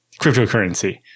cryptocurrency